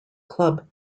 club